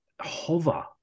hover